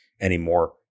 anymore